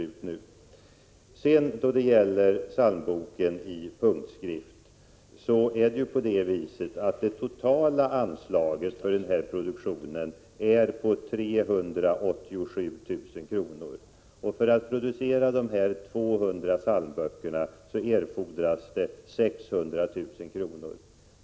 Vad sedan gäller psalmboken i punktskrift är det totala anslaget för denna produktion av punktskriftsböcker för försäljning 387 000 kr. För att producera 200 psalmböcker erfordras 600 000 kr.